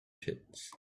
pits